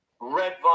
Red